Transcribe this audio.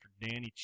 Danny